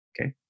Okay